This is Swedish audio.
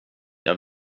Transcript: jag